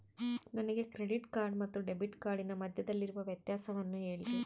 ನನಗೆ credit card ಮತ್ತು debit ಕಾರ್ಡಿನ ಮಧ್ಯದಲ್ಲಿರುವ ವ್ಯತ್ಯಾಸವನ್ನು ಹೇಳ್ರಿ?